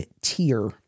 tier